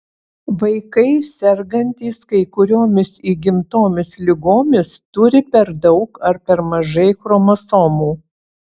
vaikai sergantys kai kuriomis įgimtomis ligomis turi per daug ar per mažai chromosomų